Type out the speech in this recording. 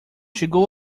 chegou